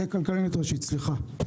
הכלכלנית הראשית, סליחה.